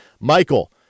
Michael